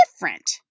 different